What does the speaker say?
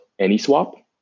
AnySwap